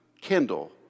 kindle